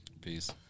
Peace